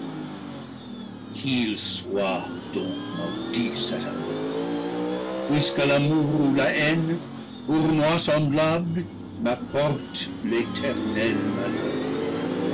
amour puisque l'amour ou la haine pour moi semblables m'apportent l'éternel malheur